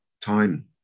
time